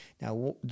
Now